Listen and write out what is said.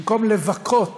במקום לבכות